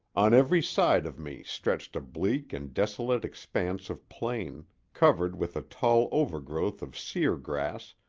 on every side of me stretched a bleak and desolate expanse of plain, covered with a tall overgrowth of sere grass,